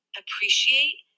appreciate